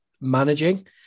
managing